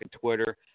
Twitter